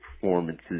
performances